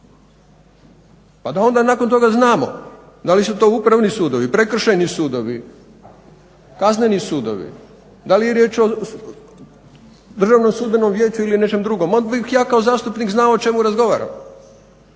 pa da onda nakon toga znamo da li su to upravni sudovi, prekršajni sudovi, kazneni sudovi, da li je riječ o Državnom sudbenom vijeću ili nečem drugom, onda bih ja kao zastupnik znao o čemu razgovaramo.